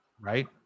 Right